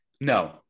no